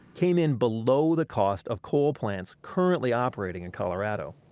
came in below the cost of coal plants currently operating in colorado.